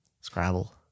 Scrabble